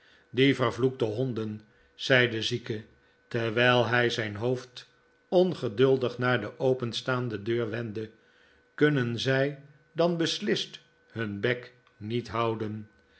die vervloekte honden zei de zieke terwijl hij zijn hoofd ongeduldig naar de openstaande deur wendde kunnen zij dan beslist hun bek niet houden